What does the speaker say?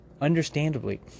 understandably